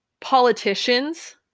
politicians